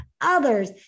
others